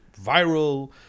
viral